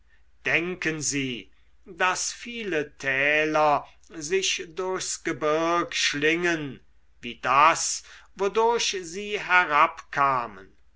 denken sie daß viele täler sich durchs gebirg schlingen wie das wodurch sie herabkamen